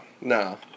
no